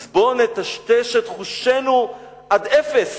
אז בוא נטשטש את חושינו עד אפס,